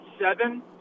seven